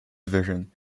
division